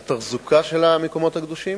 על תחזוקה של המקומות הקדושים.